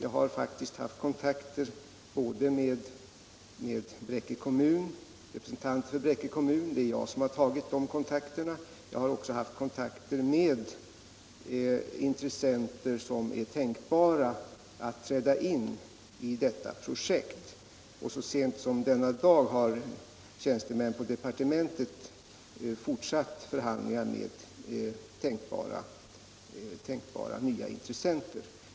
Jag har faktiskt haft kontakter både med representanter för Bräcke kommun -— det är jag själv som har tagit de kontakterna — och med intressenter som kan tänkas vilja träda in i detta projekt. Så sent som denna dag har tjänstemän på departementet fortsatt förhandlingarna med tänkbara nya intressenter.